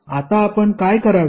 आता आपण काय करावे